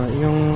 yung